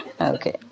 Okay